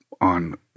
on